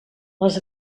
les